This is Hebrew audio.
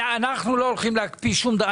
אני לא הולך להקפיא שום דבר.